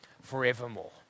forevermore